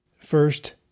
First